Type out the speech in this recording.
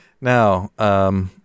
Now